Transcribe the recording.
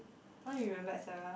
I want to be remembered as a